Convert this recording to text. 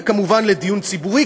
וכמובן לדיון ציבורי,